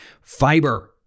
fiber